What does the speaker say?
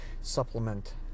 supplement